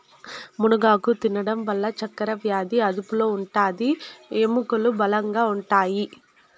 మునగాకు తినడం వల్ల చక్కరవ్యాది అదుపులో ఉంటాది, ఎముకలు బలంగా ఉంటాయి